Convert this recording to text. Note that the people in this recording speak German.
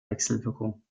wechselwirkung